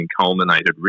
culminated